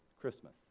Christmas